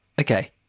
Okay